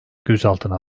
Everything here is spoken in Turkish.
gözaltına